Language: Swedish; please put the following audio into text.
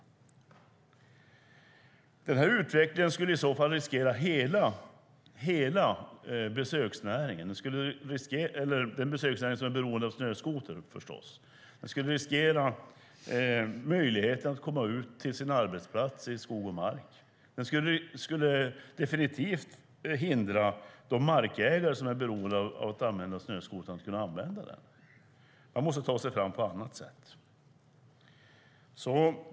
En sådan här utveckling skulle riskera den besöksnäring som är beroende av snöskoter. Den skulle riskera möjligheten att komma ut till arbetsplatser i skog och mark. Den skulle definitivt hindra de markägare som är beroende av snöskotern att använda den, och de måste ta sig fram på annat sätt.